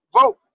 vote